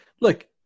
look